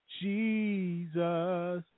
Jesus